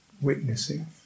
witnessing